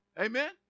Amen